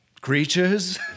creatures